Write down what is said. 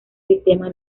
sistema